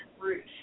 roof